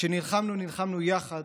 כשנלחמנו נלחמנו יחד,